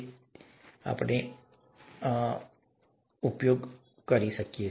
અને તે જ રીતે એવા સંબંધો છે જે મદદરૂપ ઉપયોગી હોઈ શકે છે